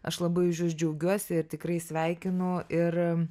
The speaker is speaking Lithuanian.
aš labai už jus džiaugiuosi ir tikrai sveikinu ir